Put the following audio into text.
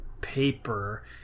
paper